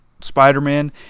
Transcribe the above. Spider-Man